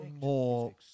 more